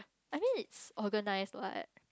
I mean it's organised what